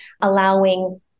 allowing